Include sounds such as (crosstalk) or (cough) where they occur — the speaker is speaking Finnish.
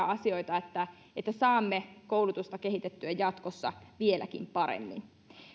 (unintelligible) asioita että että saamme koulutusta kehitettyä jatkossa vieläkin paremmin